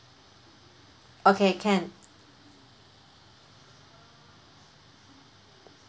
okay can